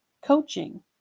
coaching